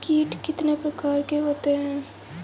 कीट कितने प्रकार के होते हैं?